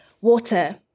water